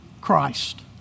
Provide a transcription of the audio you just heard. Christ